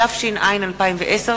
התש"ע 2010,